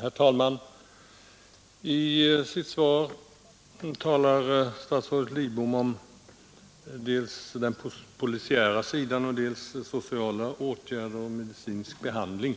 Herr talman! I sitt svar talar statsrådet Lidbom dels om den polisiära sidan, dels om sociala åtgärder och medicinsk behandling